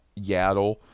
Yaddle